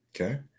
Okay